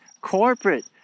corporate